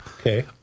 Okay